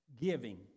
giving